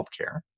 healthcare